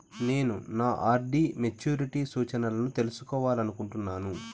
నేను నా RD maturity సూచనలను తెలుసుకోవాలనుకుంటున్నాను